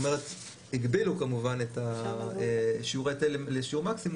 הגבילו כמובן את שיעור ההיטל לשיעור מקסימום